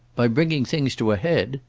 by bringing things to a head?